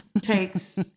takes